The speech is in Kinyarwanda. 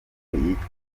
yitwa